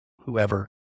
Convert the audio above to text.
whoever